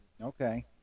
Okay